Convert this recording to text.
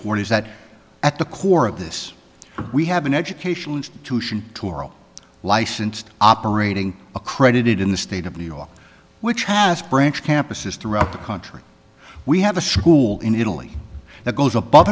is that at the core of this we have an educational institution licensed operating accredited in the state of new york which has branch campuses throughout the country we have a school in italy that goes above